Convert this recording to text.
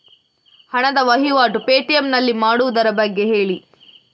ಹಣದ ವಹಿವಾಟು ಪೇ.ಟಿ.ಎಂ ನಲ್ಲಿ ಮಾಡುವುದರ ಬಗ್ಗೆ ಹೇಳಿ